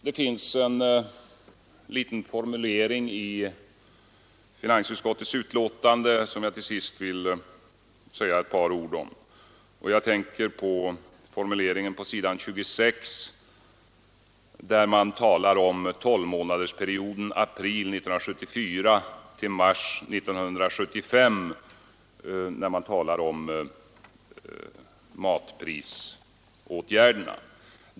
Jag vill till sist säga ett par ord om en liten formulering i finansutskottets betänkande. Jag tänker på det avsnitt på s. 26 där man talar om tolvmånadersperioden april 1974 till mars 1975 vad avser matprisåtgärderna.